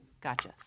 Gotcha